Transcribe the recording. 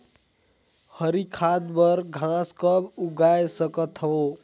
हरी खाद बर घास कब उगाय सकत हो?